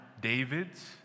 Davids